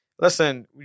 Listen